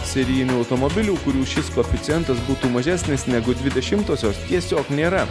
serijinių automobilių kurių šis koeficientas būtų mažesnis negu dvi dešimtosios tiesiog nėra